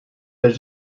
the